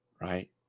right